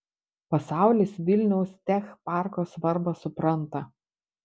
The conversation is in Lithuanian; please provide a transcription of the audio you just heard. pasaulis vilniaus tech parko svarbą supranta